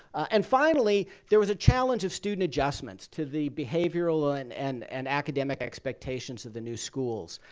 and, finally, there was a challenge of student adjustment to the behavioral and and and academic expectations of the new schools.